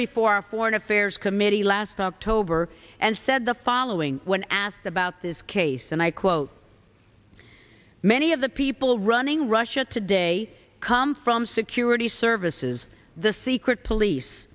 before our foreign affairs committee last october and said the following when asked about this case and i quote many of the people running russia today come from security services the secret police